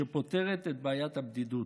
שפותרת את בעיית הבדידות.